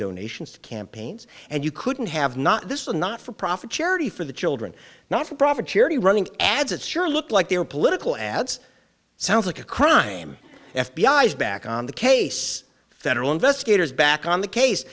donations to campaigns and you couldn't have not this was not for profit charity for the children not for profit charity running ads it sure looked like they were political ads sounds like a crime f b i is back on the case federal investigators back on the case